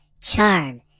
charm